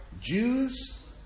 Jews